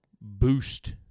boost